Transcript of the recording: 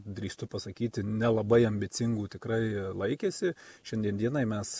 drįstu pasakyti nelabai ambicingų tikrai laikėsi šiandien dienai mes